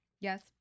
Yes